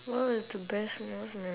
what was the best meal I